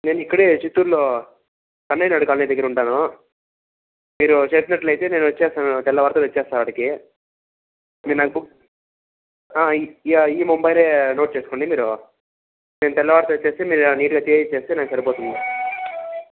నేను ఇక్కడ చిత్తూర్లో తమిళనాడు కాలేజ్ దగ్గర ఉంటాను మీరు చెప్పినట్టు అయితే నేను వస్తాను తెల్లవారి వస్తాను ఆడికి మీరు నాది బుక్ ఈ ఈ మొబైల్ నోట్ చేసుకోండి మీరు నేను తెల్లవారి వచ్చి మీరు నీట్గా చేయిస్తే నాకు సరిపోతుంది